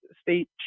state